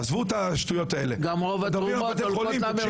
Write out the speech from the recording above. עזבו את השטויות האלה, אני מדבר על בתי חולים.